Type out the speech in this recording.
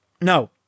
No